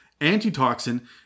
Antitoxin